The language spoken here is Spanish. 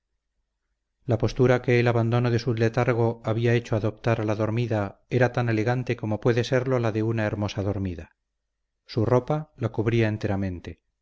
la postura que el abandono de su letargo había hecho adoptar a la dormida era tan elegante como puede serlo la de una hermosa dormida su ropa la cubría enteramente